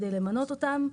כדי למנות אותם.